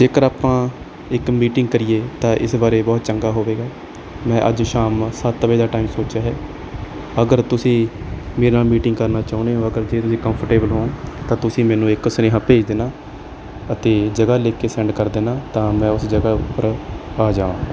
ਜੇਕਰ ਆਪਾਂ ਇੱਕ ਮੀਟਿੰਗ ਕਰੀਏ ਤਾਂ ਇਸ ਬਾਰੇ ਬਹੁਤ ਚੰਗਾ ਹੋਵੇਗਾ ਮੈਂ ਅੱਜ ਸ਼ਾਮ ਸੱਤ ਵਜੇ ਦਾ ਟਾਈਮ ਸੋਚਿਆ ਹੈ ਅਗਰ ਤੁਸੀਂ ਮੇਰੇ ਨਾਲ ਮੀਟਿੰਗ ਕਰਨਾ ਚਾਹੁੰਦੇ ਹੋ ਅਗਰ ਜੇ ਤੁਸੀਂ ਕੰਫਰਟੇਬਲ ਹੋ ਤਾਂ ਤੁਸੀਂ ਮੈਨੂੰ ਇੱਕ ਸੁਨੇਹਾ ਭੇਜ ਦੇਣਾ ਅਤੇ ਜਗ੍ਹਾ ਲਿਖ ਕੇ ਸੈਂਡ ਕਰ ਦੇਣਾ ਤਾਂ ਮੈਂ ਉਸ ਜਗ੍ਹਾ ਉੱਪਰ ਆ ਜਾਵਾਂ